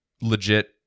legit